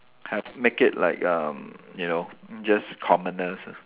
have make it like um you know just commoners ah